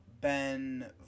Ben